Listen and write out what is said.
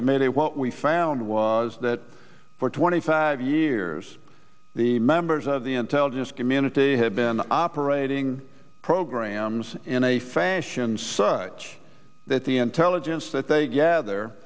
committee what we found was that for twenty five years the members of the intelligence community have been operating programs in a fashion such that the intelligence that they gather